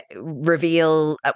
reveal